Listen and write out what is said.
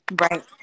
Right